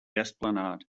esplanade